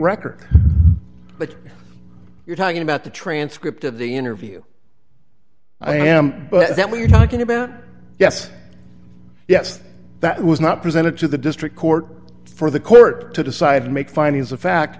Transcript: record but you're talking about the transcript of the interview i am but that we're talking about yes yes that was not presented to the district court for the court to decide to make findings of fact